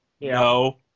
No